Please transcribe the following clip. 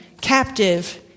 captive